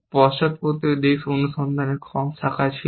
পশ্চাৎমুখী দিক অনুসন্ধানে কম শাখা ছিল